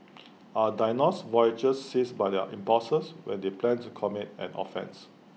are diagnosed voyeurs seized by their impulses when they plan to commit an offence